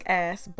ass